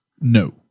No